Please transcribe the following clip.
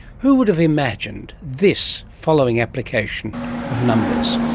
who would have imagined this following application of numbers?